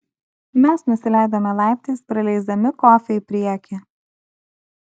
mes nusileidome laiptais praleisdami kofį į priekį